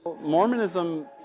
Mormonism